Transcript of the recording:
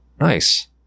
Nice